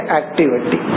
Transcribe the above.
activity